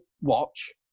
watch